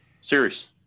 Serious